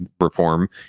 reform